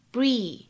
Bree